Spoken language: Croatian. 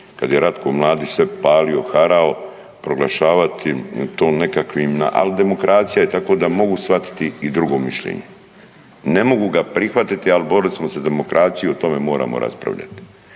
kad je Ratko Mladić sve palio, harao, proglašavati tu nekakvih, al demokracija je tako da mogu shvatiti i drugo mišljenje. Ne mogu ga prihvati, ali borili smo se za demokraciju, o tome moramo raspravljati.